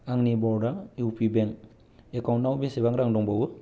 आंनि Baroda U P bank एकाउन्टाव बेसेबां रां दंबावो